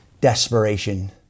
desperation